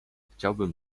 chciałbym